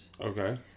Okay